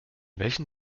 welchen